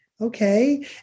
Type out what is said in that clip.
okay